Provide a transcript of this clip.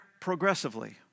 progressively